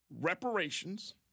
reparations